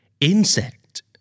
Insect